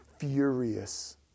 furious